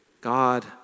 God